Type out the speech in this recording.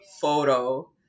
photo